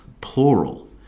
plural